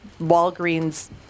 Walgreens